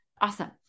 Awesome